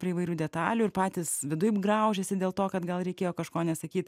prie įvairių detalių ir patys viduj graužiasi dėl to kad gal reikėjo kažko nesakyt